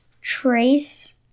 Trace